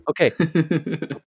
Okay